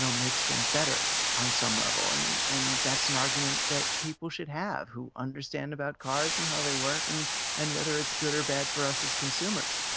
makes them better on some level. and and that's an argument that people should have, who understand about cars and how they work and and whether it's good or bad for us as consumers.